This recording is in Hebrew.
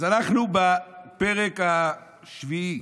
אז אנחנו בפרק השביעי,